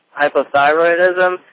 hypothyroidism